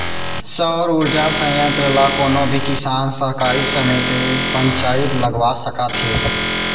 सउर उरजा संयत्र ल कोनो भी किसान, सहकारी समिति, पंचईत लगवा सकत हे